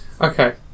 Okay